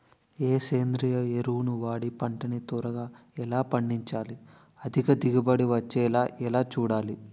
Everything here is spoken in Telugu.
ఏ సేంద్రీయ ఎరువు వాడి పంట ని త్వరగా ఎలా పండించాలి? అధిక దిగుబడి వచ్చేలా ఎలా చూడాలి?